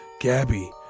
Gabby